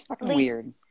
weird